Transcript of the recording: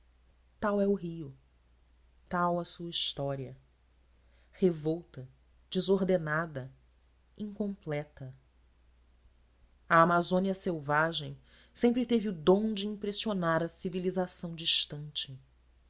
tal é o rio tal a sua história revolta desordenada incompleta a amazônia selvagem sempre teve o dom de impressionar a civilização distante